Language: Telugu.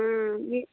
మీ